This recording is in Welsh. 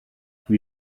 dydw